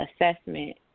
assessment